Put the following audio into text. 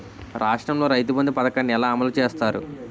రాష్ట్రంలో రైతుబంధు పథకాన్ని ఎలా అమలు చేస్తారు?